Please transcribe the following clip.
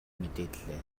мэдээллээ